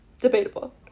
Debatable